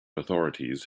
authorities